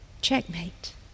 Checkmate